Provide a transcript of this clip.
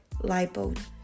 lipo